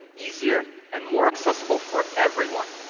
easier and more accessible for everyone.